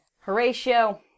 Horatio